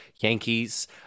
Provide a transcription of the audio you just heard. Yankees